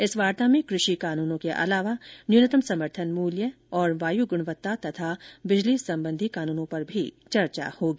इस वार्ता में कृषि कानूनों के अलावा न्यूनतम समर्थन मूल्य और वायु गुणवत्ता तथा बिजली संबंधी कानूनों पर भी चर्चा होगी